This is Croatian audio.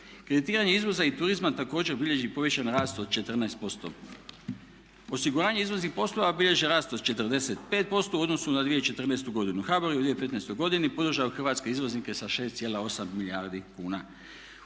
Kreditiranje izvoza i turizma također bilježi povišeni rast od 14%. Osiguranje izvoznih poslova bilježe rast od 45% u odnosu na 2014.godinu. HBOR je u 2015.godini podržao hrvatske izvoznike sa 6,8 milijardi kuna.